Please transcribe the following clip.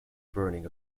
burning